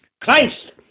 christ